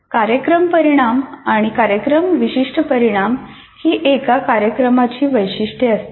कार्यक्रम परिणाम आणि कार्यक्रम विशिष्ट परिणाम ही एका कार्यक्रमाची वैशिष्ट्ये असतात